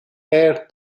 air